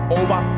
over